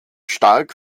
stark